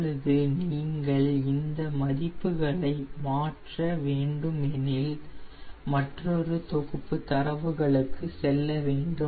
இப்பொழுது நீங்கள் இந்த மதிப்புகளை மாற்ற வேண்டுமெனில் மற்றொரு தொகுப்பு தரவுகளுக்கு செல்ல வேண்டும்